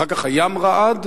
אחר כך הים רעד,